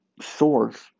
source